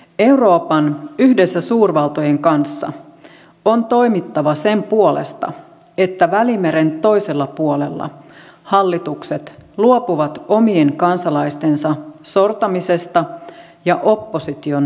euroopan yhdessä suurvaltojen kanssa on toimittava sen puolesta että välimeren toisella puolella hallitukset luopuvat omien kansalaistensa sortamisesta ja opposition tukahduttamisesta